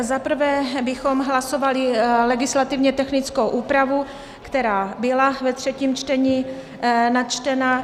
Za prvé bychom hlasovali legislativně technickou úpravu, která byla ve třetím čtení načtena.